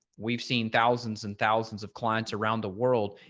we've seen thousands and thousands of clients around the world.